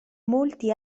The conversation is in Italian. molti